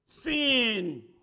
Sin